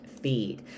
feed